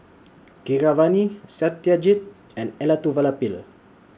Keeravani Satyajit and Elattuvalapil